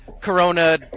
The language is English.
Corona